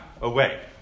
away